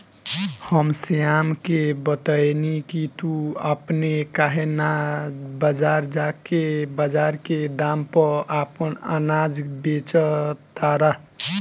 हम श्याम के बतएनी की तू अपने काहे ना बजार जा के बजार के दाम पर आपन अनाज बेच तारा